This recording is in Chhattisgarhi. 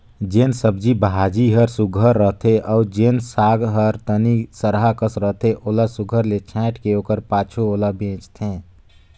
जेन सब्जी भाजी हर सुग्घर रहथे अउ जेन साग भाजी हर तनि सरहा कस रहथे ओला सुघर ले छांएट के ओकर पाछू ओला बेंचथें